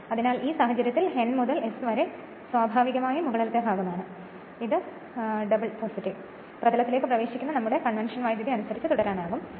അതിനാൽ ഈ സാഹചര്യത്തിൽ ഇത് N മുതൽ S വരെ സ്വാഭാവികമായും മുകളിലെ ഭാഗം ആണ് ഇതാണ് സമതലത്തിലേക്ക് പ്രവേശിക്കുന്ന നമ്മുടെ കൺവെൻഷൻ വൈദ്യുതി അനുസരിച്ച് തുടരാനാകും